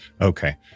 Okay